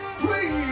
Please